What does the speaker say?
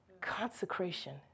Consecration